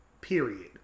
period